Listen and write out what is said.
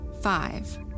Five